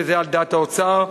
וזה על דעת האוצר,